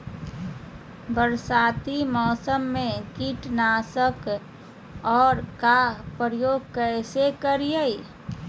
बरसाती मौसम में कीटाणु नाशक ओं का प्रयोग कैसे करिये?